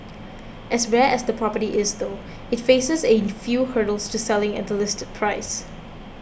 as rare as the property is though it faces a few hurdles to selling at the listed price